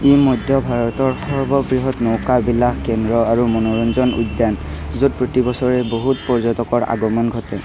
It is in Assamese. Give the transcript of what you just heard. ই মধ্য ভাৰতৰ সৰ্ববৃহৎ নৌকা বিলাস কেন্দ্ৰ আৰু মনোৰঞ্জন উদ্যান য'ত প্ৰতি বছৰে বহুত পৰ্যটকৰ আগমন ঘটে